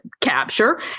capture